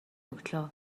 өглөө